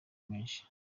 menshi